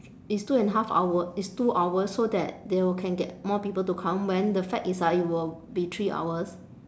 it's two and a half hour it's two hours so that they will can get more people to come when the fact is ah it will be three hours